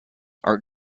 art